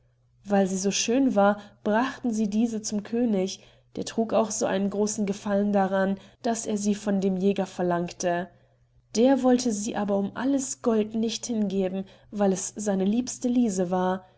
weil sie so schön war brachten sie diese zum könig der trug auch einen so großen gefallen daran daß er sie von dem jäger verlangte der wollte sie aber um alles gold nicht hingeben weil es seine liebste lise war